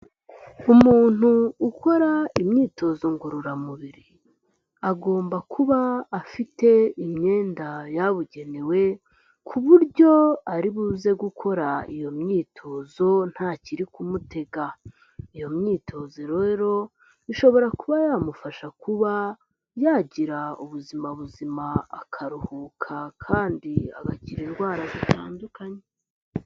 Umuntu ukora imyitozo ngororamubiri agomba kuba afite imyenda yabugenewe ku buryo ari buze gukora iyo myitozo ntakiri kumutega. Iyo myitozo rero, ishobora kuba yamufasha kuba yagira ubuzima buzima, akaruhuka, kandi agakira indwara zitandukanye.